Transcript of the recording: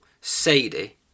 Sadie